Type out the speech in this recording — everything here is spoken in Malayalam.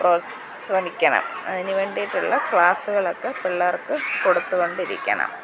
പ്രോത്സാഹിപ്പിക്കണം അതിനു വേണ്ടിയിട്ടുള്ള ക്ലാസ്സുകളൊക്കെ പിള്ളേർക്ക് കൊടുത്തു കൊണ്ടിരിക്കണം